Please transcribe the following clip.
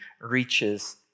reaches